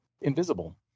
invisible